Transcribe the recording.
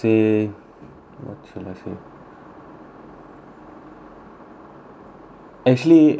what should I say actually uh